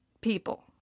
people